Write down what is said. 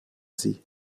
sie